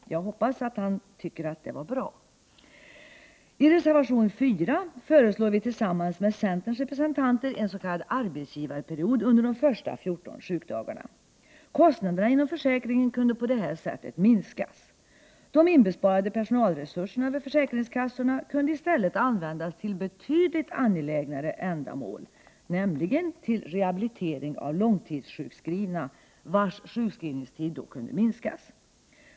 Jag hoppas att han tycker att det är bra. I reservation 4 föreslår vi tillsammans med centerns representanter en s.k. arbetsgivarperiod under de första 14 sjukdagarna. Kostnaderna inom försäkringen kunde på det sättet minskas. De insparade personalresurserna vid försäkringskassorna kunde i stället användas till betydligt angelägnare ändamål, nämligen till rehabilitering av långtidssjukskrivna, vilkas sjukskrivningstid då kunde minska.